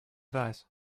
advise